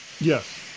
Yes